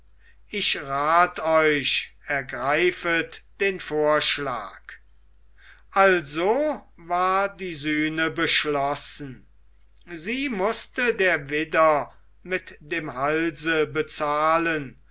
ich rat euch ergreifet den vorschlag also war die sühne beschlossen sie mußte der widder mit dem halse bezahlen